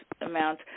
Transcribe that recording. amount